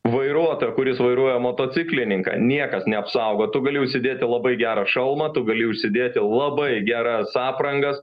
vairuotojo kuris vairuoja motociklininką niekas neapsaugo tu gali užsidėti labai gerą šalmą tu gali užsidėti labai geras aprangas